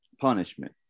punishment